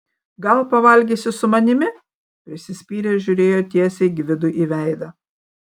gal pavalgysi su manimi prisispyręs žiūrėjo tiesiai gvidui į veidą